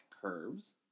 curves